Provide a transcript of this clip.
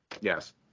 Yes